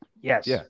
Yes